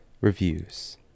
reviews